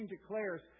declares